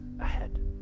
ahead